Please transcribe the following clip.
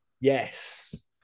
Yes